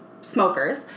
smokers